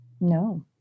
No